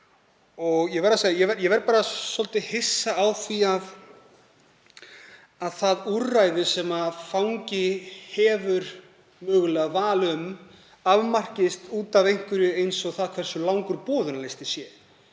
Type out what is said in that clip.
að ég varð svolítið hissa á því að það úrræði sem fangi hefur mögulega val um afmarkist af einhverju eins og því hversu langur boðunarlistinn